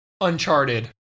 Uncharted